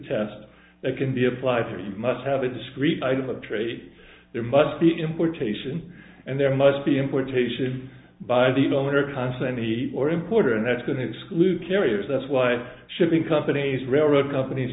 test that can be applied here you must have a discrete item of trade there must be importation and there must be importation by the donor concent he or importer and that's going to exclude carriers that's why shipping companies railroad companies